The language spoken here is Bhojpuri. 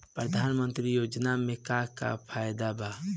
प्रधानमंत्री योजना मे का का फायदा बा?